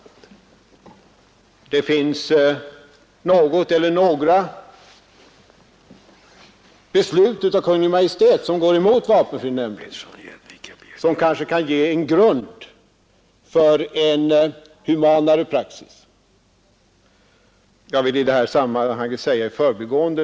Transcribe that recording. Det finns något eller några beslut av Kungl. Maj:t som går emot vapenfrinämnden och som kanske kan ge grund för en mera human praxis.